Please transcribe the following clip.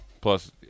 Plus